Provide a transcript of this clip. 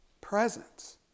presence